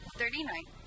thirty-nine